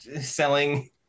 selling